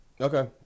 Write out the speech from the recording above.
Okay